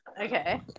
Okay